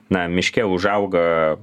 na miške užauga